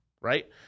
right